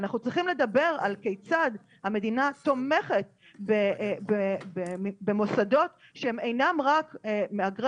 אנחנו צריכים לדבר על כיצד המדינה תומכת במוסדות שהם אינם רק מהגרי